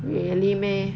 really meh